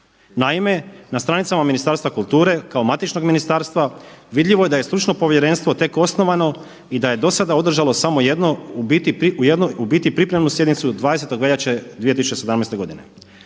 Naime, na stranicama Ministarstva kulture kao matičnog ministarstva vidljivo je da je stručno povjerenstvo tek osnovano i da je do sada održalo samo jedno u biti pripremnu sjednicu od 20. veljače 2017. godine.